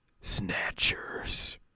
Snatchers